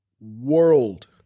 world